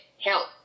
help